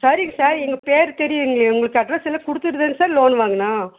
சரிங்க சார் எங்கள் பேர் தெரியும்லயா உங்களுக்கு அட்ரஸ் எல்லாம் கொடுத்துட்டு தானே சார் லோன் வாங்கினோம்